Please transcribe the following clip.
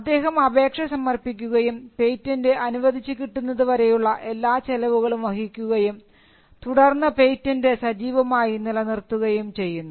അദ്ദേഹം അപേക്ഷ സമർപ്പിക്കുകയും പേറ്റന്റ് അനുവദിച്ചു കിട്ടുന്നതുവരെയുള്ള എല്ലാ ചെലവുകളും വഹിക്കുകയും തുടർന്ന് പേറ്റന്റ് സജീവമായി നിലനിർത്തുകയും ചെയ്യുന്നു